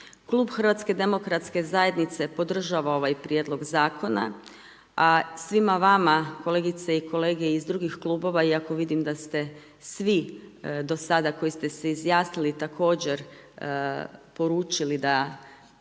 Klub HDZ-a podržava ovaj prijedlog zakona, a svima vama kolegice i kolege iz drugih klubova iako vidim da se svi do sada koji ste se izjasnili također poručili da